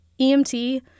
EMT